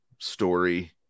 story